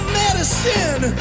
medicine